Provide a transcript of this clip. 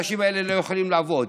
האנשים האלה לא יכולים לעבוד.